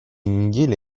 недели